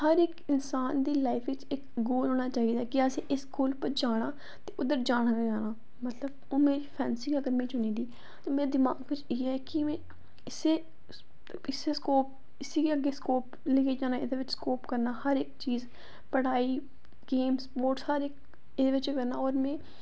हर इक्क इन्सान दी लाईफ बिच इक्क गोल होना चाहिदा कि असें इस गोल पर जाना ते जाना गै जाना मतलब हून फैंसिंग अगर में चुनी दी ते मेरे दमाग च इयै कि में इस्सै स्कोप इसी गै अग्गें स्कोप लोइयै जाना हर इक्क इसगी पढ़ाई गेम्स स्पोटर्स हर इक्क एह्दे च गै करना होर में